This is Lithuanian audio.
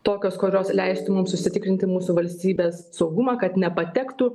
tokios kurios leistų mums užsitikrinti mūsų valstybės saugumą kad nepatektų